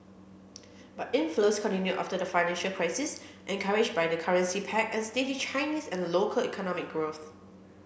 but inflows continued after the financial crisis encouraged by the currency peg and steady Chinese and local economic growth